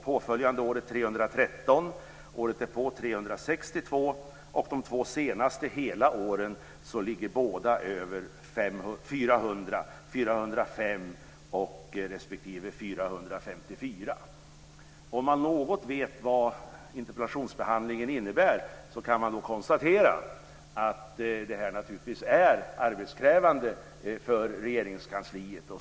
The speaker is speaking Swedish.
Påföljande år var det 313, året därpå 362 och de två senaste hela åren så var det 405 Om man vet något om vad interpellationsbehandlingen innebär kan man konstatera att detta naturligtvis är arbetskrävande för Regeringskansliet.